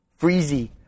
Freezy